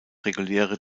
reguläre